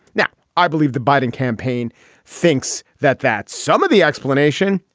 now i believe the biden campaign thinks that that's some of the explanation.